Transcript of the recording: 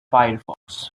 firefox